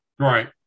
Right